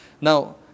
Now